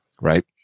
right